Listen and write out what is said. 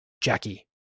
Jackie